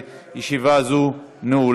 תם